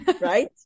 Right